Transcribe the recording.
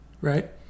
right